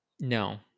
No